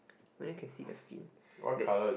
only can see the fin that